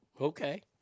Okay